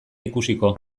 ikusiko